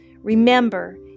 Remember